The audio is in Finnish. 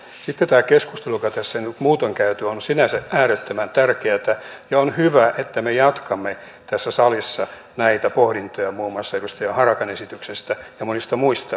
sitten tämä keskustelu joka tässä on nyt muutoin käyty on sinänsä äärettömän tärkeätä ja on hyvä että me jatkamme tässä salissa näitä pohdintoja muun muassa edustaja harakan esityksestä ja monista muista